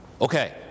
Okay